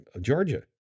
Georgia